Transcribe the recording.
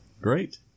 Great